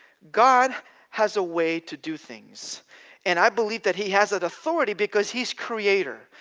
god has a way to do things and i believe that he has that authority because he's creator,